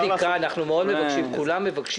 תעשה בדיקה, אנחנו מאוד מבקשים, כולם מבקשים.